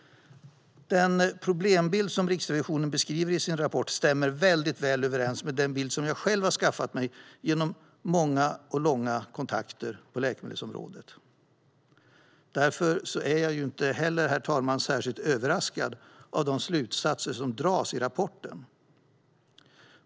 Den problembild som Riksrevisionen beskriver i sin rapport stämmer väl överens med den bild som jag själv har skaffat mig genom många och långa kontakter på läkemedelsområdet. Därför är jag inte heller särskild överraskad, herr talman, av de slutsatser som dras i rapporten.